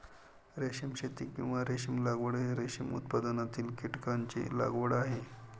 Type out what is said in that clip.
रेशीम शेती, किंवा रेशीम लागवड, रेशीम उत्पादनातील कीटकांची लागवड आहे